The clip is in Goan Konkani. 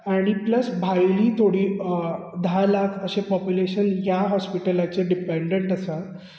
आनी प्लस भायली थोडी धा लाख अशें पोप्युलॅशन ह्या हॉस्पिटलाचेर डिपेनडण्ट आसा